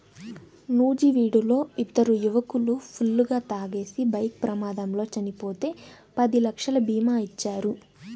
నూజివీడులో ఇద్దరు యువకులు ఫుల్లుగా తాగేసి బైక్ ప్రమాదంలో చనిపోతే పది లక్షల భీమా ఇచ్చారు